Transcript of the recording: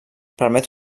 permet